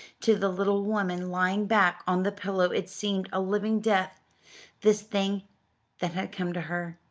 to the little woman lying back on the pillow it seemed a living death this thing that had come to her.